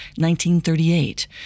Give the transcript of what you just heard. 1938